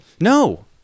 No